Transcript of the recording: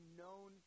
known